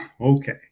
okay